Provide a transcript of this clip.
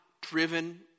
driven